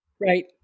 Right